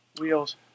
Wheels